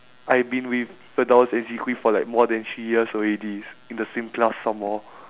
I've been with fedaus and zee-kwee for like more than three years already in the same class some more